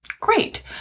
Great